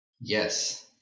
Yes